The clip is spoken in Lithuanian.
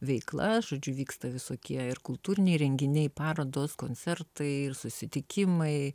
veikla žodžiu vyksta visokie ir kultūriniai renginiai parodos koncertai ir susitikimai